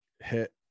hit